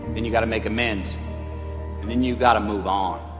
then you got to make amends and then you got to move on